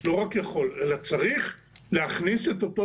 לא רק יכול אלא צריך להכניס את אותו